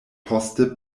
poste